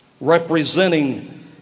representing